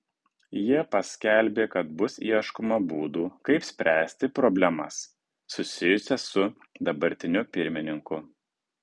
jie paskelbė kad bus ieškoma būdų kaip spręsti problemas susijusias su dabartiniu pirmininku